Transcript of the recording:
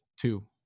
Two